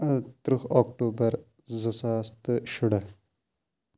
تٕرٛہ اکٹوٗبَر زٕ ساس تہٕ شُراہ